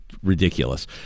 ridiculous